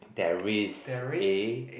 there is a